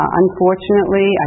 unfortunately